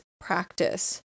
practice